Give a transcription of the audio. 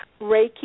Reiki